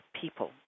people